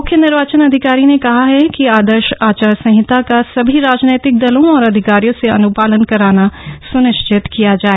मुख्य निर्वाचन अधिकारी ने कहा कि आदर्श आचार संहिता का सभी राजनैतिक दलों और अधिकारियों से अन्पालन कराना सुनिश्चित किया जाए